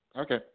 Okay